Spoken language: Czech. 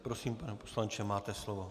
Prosím, pane poslanče, máte slovo.